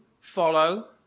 follow